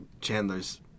Chandler's